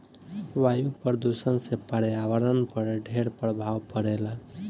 वायु प्रदूषण से पर्यावरण पर ढेर प्रभाव पड़ेला